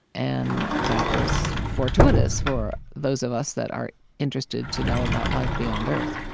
and that was fortuitous, for those of us that are interested to know about life beyond earth,